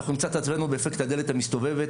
אנחנו נמצא את עצמנו באפקט הדלת המסתובבת.